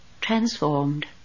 Transformed